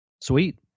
Sweet